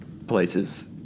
Places